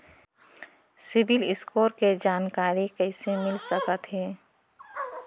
CIBIL score के जानकारी कइसे मिलिस सकथे?